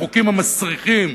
החוקים המסריחים,